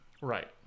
Right